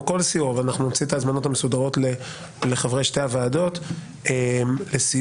נוציא את ההזמנות המסודרות לחברי שתי הוועדות לסיור